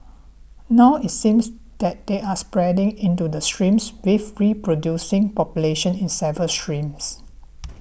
now it seems that they're spreading into the streams with reproducing populations in several streams